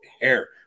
hair